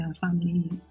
family